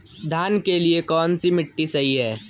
धान के लिए कौन सी मिट्टी सही है?